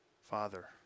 Father